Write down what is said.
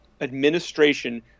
administration